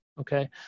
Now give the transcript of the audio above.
okay